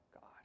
God